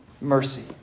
mercy